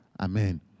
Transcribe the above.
Amen